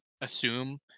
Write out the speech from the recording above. assume